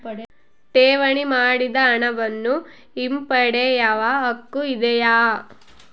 ಠೇವಣಿ ಮಾಡಿದ ಹಣವನ್ನು ಹಿಂಪಡೆಯವ ಹಕ್ಕು ಇದೆಯಾ?